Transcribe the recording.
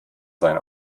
sein